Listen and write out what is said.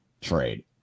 trade